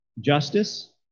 Justice